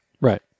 Right